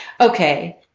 Okay